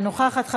אינה נוכחת.